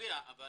מצביע על זה.